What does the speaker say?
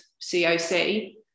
COC